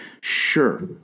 sure